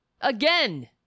Again